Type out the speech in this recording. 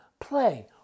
play